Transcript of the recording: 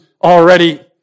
already